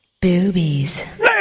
Boobies